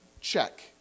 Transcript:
Check